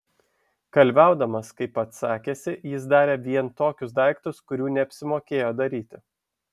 kalviaudamas kaip pats sakėsi jis darė vien tokius daiktus kurių neapsimokėjo daryti